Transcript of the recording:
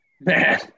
man